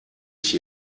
ich